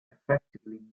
effectively